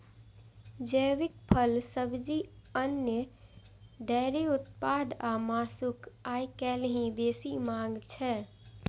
जैविक फल, सब्जी, अन्न, डेयरी उत्पाद आ मासुक आइकाल्हि बेसी मांग छै